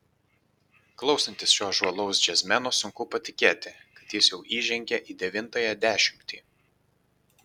klausantis šio žvalaus džiazmeno sunku patikėti kad jis jau įžengė į devintąją dešimtį